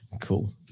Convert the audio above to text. cool